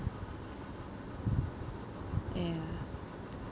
ya